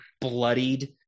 bloodied